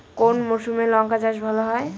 কোন মরশুমে লঙ্কা চাষ ভালো হয়?